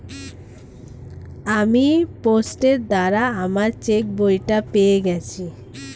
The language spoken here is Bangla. আমি পোস্টের দ্বারা আমার চেকবইটা পেয়ে গেছি